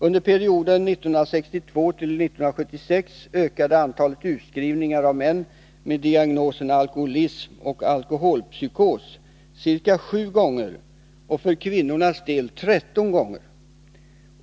Under perioden 1962-1976 ökade antalet utskrivningar av män med diagnoserna alkoholism och alkoholpsykos ca sju gånger och för kvinnornas del 13 159 gånger.